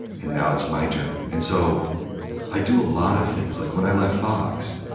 and now it's my turn. and so i do a lot of things. like when i left fox,